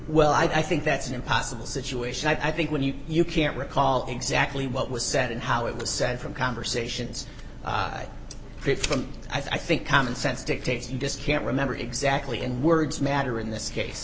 well i think that's an impossible situation i think when you you can't recall exactly what was said and how it was said from conversations from i think common sense dictates you just can't remember exactly and words matter in this case